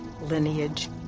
lineage